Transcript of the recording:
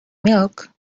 milk